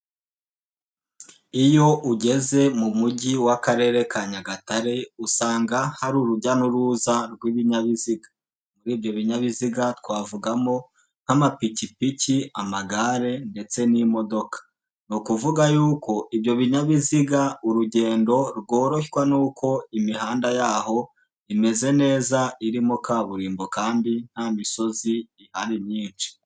Iyo ugeze mu mujyi w'akarere ka Nyagatare usanga hari urujya n'uruza rw'ibinyabiziga rmuri ibyo binyabiziga twavugamo nk'amapikipiki, amagare, ndetse n'imodoka. Ni ukuvuga yuko ibyo binyabiziga urugendo rworoshywa n'uko imihanda yaho imeze neza irimo kaburimbo kandi nta misozi ihari myinshi.